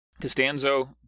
costanzo